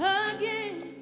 again